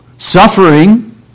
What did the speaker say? Suffering